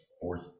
fourth